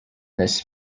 this